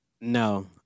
No